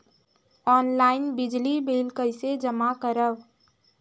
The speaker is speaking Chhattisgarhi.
ऑनलाइन बिजली बिल कइसे जमा करव?